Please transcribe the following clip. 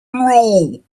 roll